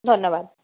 ধন্যবাদ